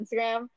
Instagram